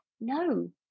no